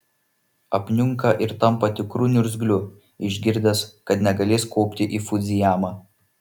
apniunka ir tampa tikru niurzgliu išgirdęs kad negalės kopti į fudzijamą